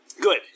Good